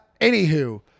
anywho